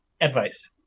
advice